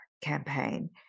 campaign